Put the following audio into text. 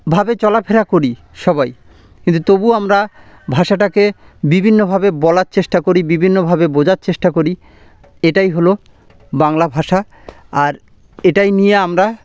ভাবে চলাফেরা করি সবাই কিন্তু তবুও আমরা ভাষাটাকে বিভিন্নভাবে বলার চেষ্টা করি বিভিন্নভাবে বোঝার চেষ্টা করি এটাই হলো বাংলা ভাষা আর এটাই নিয়ে আমরা